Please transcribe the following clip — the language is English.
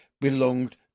belonged